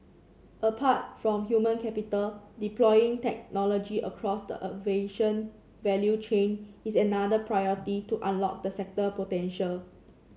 apart from human capital deploying technology across the aviation value chain is another priority to unlock the sector potential